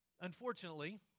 Unfortunately